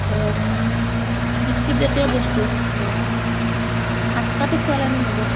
ধৰক বিস্কুট জাতীয় বস্তু ধঅক খাস্তাটো খোৱালে নহ'ব